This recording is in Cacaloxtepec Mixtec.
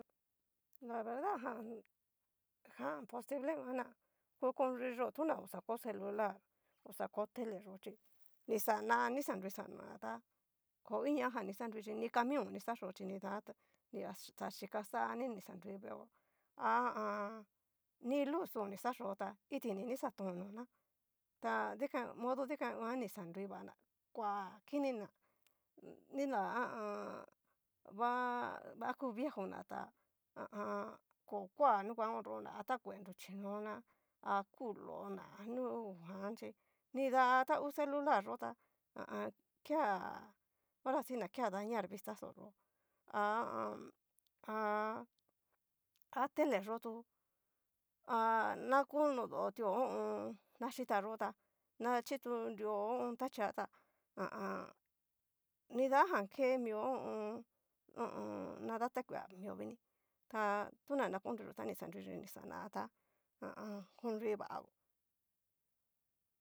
La verda jan ku konruyó tu oxa ko celular, xa ko teleyo chí ni xana ni xa nrui xana tá koiniajan ni xa nruiyi ni camion o ni xa chó chi nida tá nixaxhika xá ni ni xanrui veo ni luz o ni xa yo'o tá itini ni xa ton nona ta dikan modo dikan'nguan ni xa nrui vana kua kinina nila ha a an ngua ku viejona ta ha a an ko koa nunguan konrona, takue nruchinona, ku lo'ona a nunguan chí, nida ta ngu celular yó tá ha a an. kea horasi que ña kea dañar vistaxo yó'o, ha a an. ha teleyotu, ha na konodotio ho o on. nachita yó tá chitu nrio tachia tá ha a an. nridajan ke mio ho o on. na datakue mio vini, ta tona na konruiyo ta ni xanruiyi ni ni xana ta ha a an. konri vao.